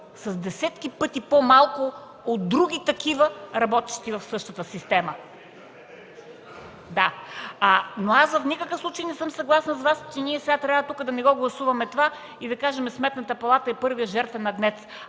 с десетки пъти по-малко от други такива, работещи в същата система. В никакъв случай не съм съгласна с Вас, че сега трябва да не го гласуваме това и да кажем: Сметната палата е първият жертвен агнец.